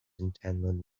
intended